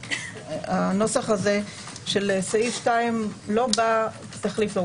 והנוסח הזה של סעיף 2 לא בא כתחליף לו,